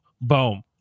Boom